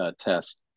test